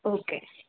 okay